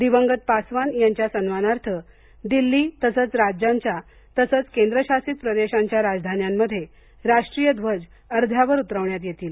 दिवंगत पासवान यांच्या सन्मानार्थ दिल्ली तसंच राज्यांच्या तसंच केंद्र शासित प्रदेशांच्या राजधान्यांमध्ये राष्ट्रीय ध्वज अध्यावर उतरवण्यात येईल